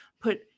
put